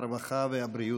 הרווחה והבריאות.